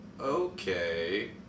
Okay